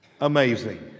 amazing